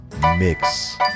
Mix